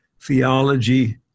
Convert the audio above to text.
theology